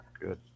good